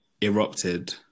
erupted